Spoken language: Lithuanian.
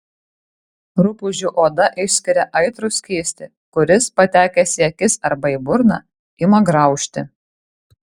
rupūžių oda išskiria aitrų skystį kuris patekęs į akis arba į burną ima graužti